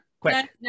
Quick